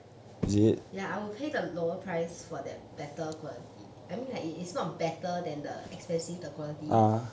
ya I will pay the lower price for that better quality I mean like it it's not better than the expensive the quality